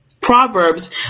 proverbs